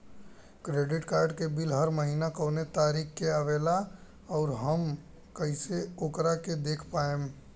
Credit card के bill हर महीना कौना तारीक के आवेला और आउर हम कइसे ओकरा के देख पाएम?